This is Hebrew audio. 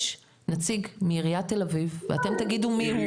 נציג מעירית תל אביב ואתם תגידו מי הוא,